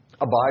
abide